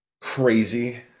crazy